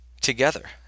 together